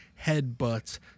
headbutts